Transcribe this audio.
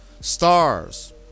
stars